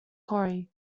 corry